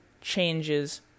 changes